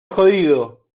jodido